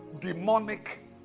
demonic